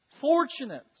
Fortunate